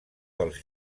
dels